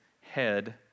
head